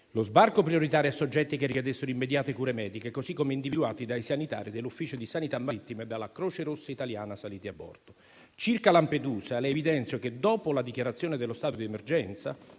lo sbarco prioritario a soggetti che richiedessero immediate cure mediche, così come individuati dai sanitari dell'ufficio di sanità marittima e della Croce rossa italiana saliti a bordo. Circa Lampedusa, le evidenzio che dopo la dichiarazione dello stato di emergenza